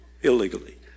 Illegally